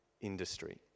industry